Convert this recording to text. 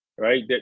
right